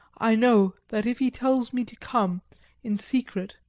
i know that if he tells me to come in secret,